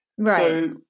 Right